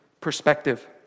perspective